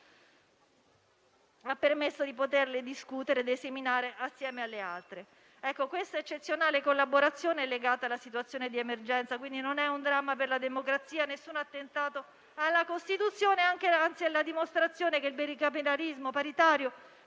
ha permesso di poterle discutere ed esaminare assieme alle altre. Questa eccezionale collaborazione è legata alla situazione di emergenza. Quindi, non è un dramma per la democrazia; nessun attentato alla Costituzione. Anzi è la dimostrazione che il bicameralismo paritario